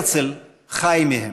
הרצל חי מהם.